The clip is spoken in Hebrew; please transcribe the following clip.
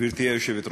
גברתי היושבת-ראש,